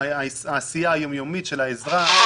לליבת העשייה היום יומית של האזרח,